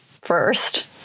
first